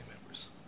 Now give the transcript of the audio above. members